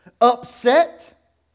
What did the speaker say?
upset